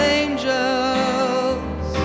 angels